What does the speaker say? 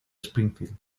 springfield